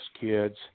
kids